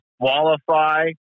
qualify